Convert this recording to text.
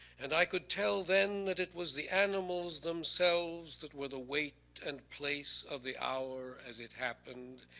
and i could tell then that it was the animals themselves that were the weight and place of the hour as it happened.